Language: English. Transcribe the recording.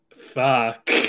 Fuck